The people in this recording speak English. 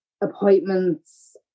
appointments